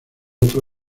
otra